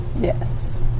Yes